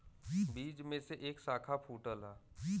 बीज में से एक साखा फूटला